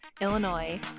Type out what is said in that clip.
Illinois